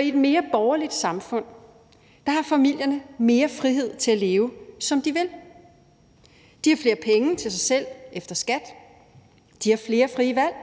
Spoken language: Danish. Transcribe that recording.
I et mere borgerligt samfund har familierne mere frihed til at leve, som de vil. De har flere penge til sig selv efter skat, de har flere frie valg,